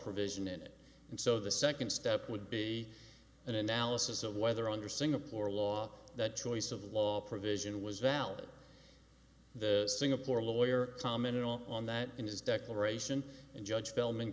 provision in it and so the second step would be an analysis of whether under singapore law that choice of law provision was valid the singapore lawyer commented on that in his declaration and judge gilman